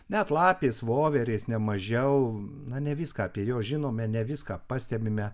net lapės voverės nemažiau na ne viską apie juos žinome ne viską pastebime